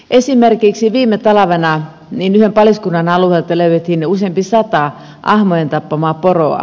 esimerkiksi viime talvena yhden paliskunnan alueelta löydettiin useampi sata ahmojen tappamaa poroa